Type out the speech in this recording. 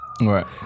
right